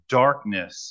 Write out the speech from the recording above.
darkness